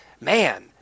man